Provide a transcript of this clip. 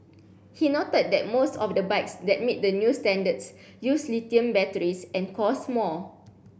he noted that most of the bikes that meet the new standards use lithium batteries and cost more